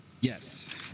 Yes